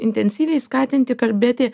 intensyviai skatinti kalbėti